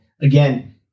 again